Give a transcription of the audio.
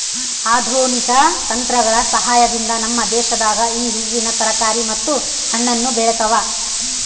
ಆಧುನಿಕ ತಂತ್ರಗಳ ಸಹಾಯದಿಂದ ನಮ್ಮ ದೇಶದಾಗ ಈ ಹೂವಿನ ತರಕಾರಿ ಮತ್ತು ಹಣ್ಣನ್ನು ಬೆಳೆತವ